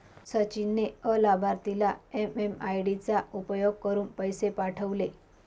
सचिन ने अलाभार्थीला एम.एम.आय.डी चा उपयोग करुन पैसे पाठवले